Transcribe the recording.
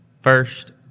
first